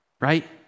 right